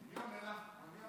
מי עונה לך?